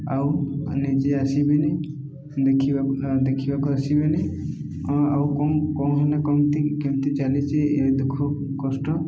ଆଉ ନିଜେ ଆସିବେନି ଦେଖିବାକୁ ଦେଖିବାକୁ ଆସିବେନି ଆଉ କ କଣ ହେଲାମତି କେମିତି ଚାଲିଚି ଏ ଦୁଃଖ କଷ୍ଟ